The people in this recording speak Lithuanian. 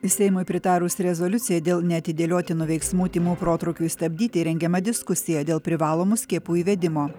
seimui pritarus rezoliucijai dėl neatidėliotinų veiksmų tymų protrūkiui stabdyti rengiama diskusija dėl privalomų skiepų įvedimo